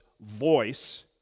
voice